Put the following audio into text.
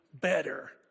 better